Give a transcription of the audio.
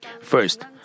First